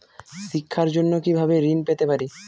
শিক্ষার জন্য কি ভাবে ঋণ পেতে পারি?